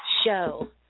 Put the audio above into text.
show